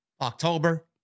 October